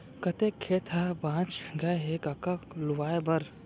कतेक खेत ह बॉंच गय हे कका लुवाए बर?